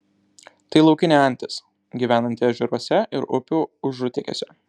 tai laukinė antis gyvenanti ežeruose ir upių užutėkiuose